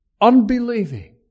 unbelieving